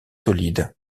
solide